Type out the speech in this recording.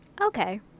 Okay